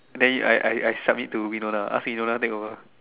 then I I I submit to Winona ask Winona take over